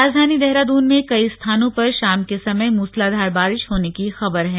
राजधानी देहरादून में कई स्थानों पर शाम के समय मूसलाधार बारिश होने की खबर है